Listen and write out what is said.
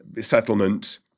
settlement